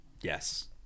Yes